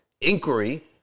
inquiry